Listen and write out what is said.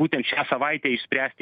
būtent šią savaitę išspręst